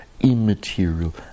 immaterial